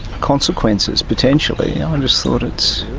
consequences potentially. i just thought, it's,